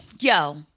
Yo